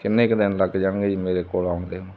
ਕਿੰਨੇ ਕੁ ਦਿਨ ਲੱਗ ਜਾਣਗੇ ਮੇਰੇ ਕੋਲ ਆਉਂਦੇ ਨੂੰ